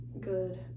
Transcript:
good